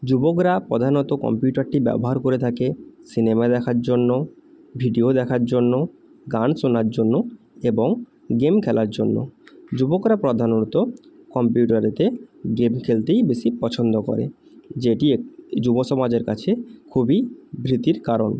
যুবকরা প্রধানত কম্পিউটারটি ব্যবহার করে থাকে সিনেমা দেখার জন্য ভিডিও দেখার জন্য গান শোনার জন্য এবং গেম খেলার জন্য যুবকরা প্রধানত কম্পিউটারেতে গেম খেলতেই বেশি পছন্দ করে যেটি এক যুব সমাজের কাছে খুবই ভীতির কারণ